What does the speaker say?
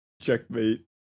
checkmate